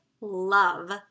love